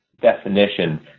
definition